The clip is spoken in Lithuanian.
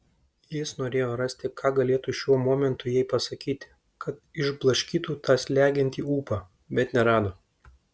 jis norėjo rasti ką galėtų šiuo momentu jai pasakyti kad išblaškytų tą slegiantį ūpą bet nerado